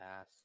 ass